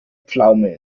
pflaume